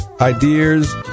ideas